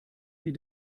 die